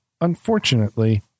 unfortunately